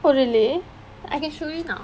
oh really I can show you now